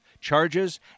charges